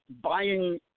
buying –